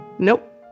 Nope